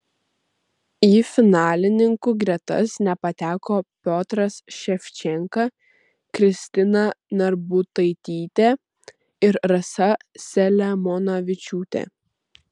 į finalininkų gretas nepateko piotras ševčenka kristina narbutaitytė ir rasa selemonavičiūtė